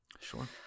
sure